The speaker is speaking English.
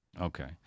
Okay